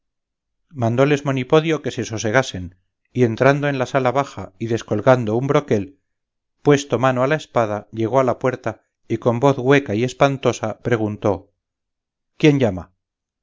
mandóles monipodio que se sosegasen y entrando en la sala baja y descolgando un broquel puesto mano a la espada llegó a la puerta y con voz hueca y espantosa preguntó quién llama